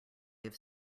have